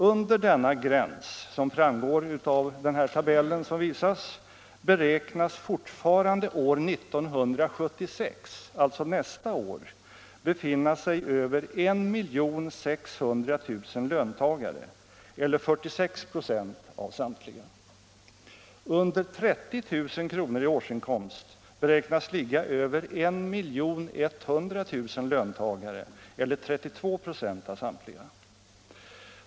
Under denna gräns beräknas — som framgår av den tabell som nu visas på bildskärmen —- fortfarande år 1976, alltså nästa år, befinna sig över 1 600 000 löntagare eller 46 26 av samtliga. Under 30 000 kr. i årsinkomst beräknas ligga över 1 100 000 löntagare eller 32 26 av samtliga.